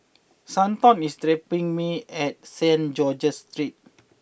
Stanton is dropping me at Saint George's Street